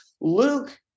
Luke